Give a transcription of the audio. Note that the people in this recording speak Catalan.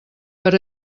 per